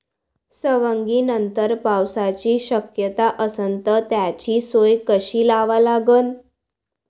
सवंगनीनंतर पावसाची शक्यता असन त त्याची सोय कशी लावा लागन?